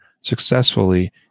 successfully